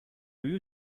you